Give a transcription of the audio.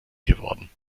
geworden